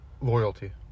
loyalty